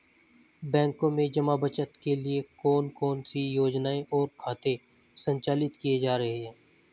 बैंकों में जमा बचत के लिए कौन कौन सी योजनाएं और खाते संचालित किए जा रहे हैं?